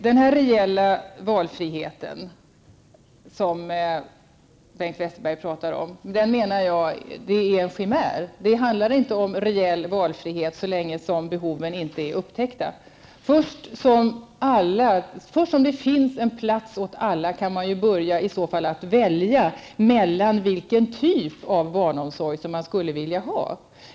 Den reella valfrihet som Bengt Westerberg talar om menar jag är en chimär. Det handlar inte om någon reell valfrihet så länge behoven inte är upptäckta. Först när det finns en plats för alla kan man börja välja mellan olika typer av barnomsorg.